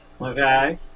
Okay